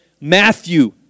Matthew